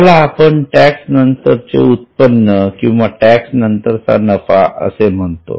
त्याला आपण टॅक्स नंतरचे उत्पन्न किंवा टॅक्स नंतरचा नफा असे म्हणतो